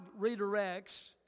redirects